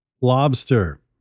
Lobster